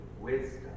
wisdom